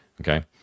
Okay